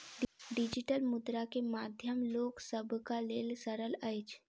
digital मुद्रा के माध्यम लोक सभक लेल सरल अछि